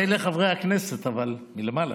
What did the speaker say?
מילא חברי הכנסת, אבל מלמעלה?